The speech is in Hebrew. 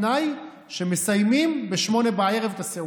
בתנאי שמסיימים ב-20:00 את הסעודה.